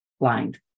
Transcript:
blind